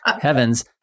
Heavens